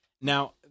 now